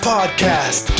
Podcast